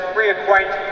reacquaint